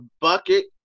bucket